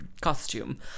costume